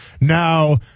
Now